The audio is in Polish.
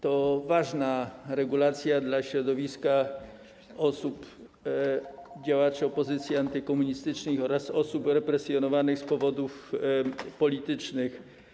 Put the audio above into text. To ważna regulacja dla środowiska działaczy opozycji antykomunistycznej oraz osób represjonowanych z powodów politycznych.